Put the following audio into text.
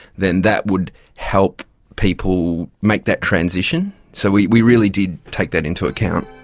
then that would help people make that transition. so we we really did take that into account.